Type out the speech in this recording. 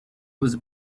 was